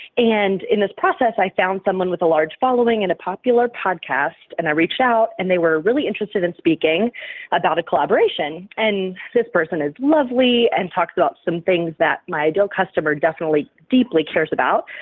and in this process i found someone with a large following and a popular podcast and i reached out and they were really interested in speaking about a collaboration. this person is lovely and talks about some things that my ideal customer definitely deeply cares about,